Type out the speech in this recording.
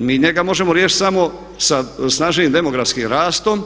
Mi njega možemo riješiti samo sa snažnim demografskim rastom,